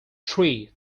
tree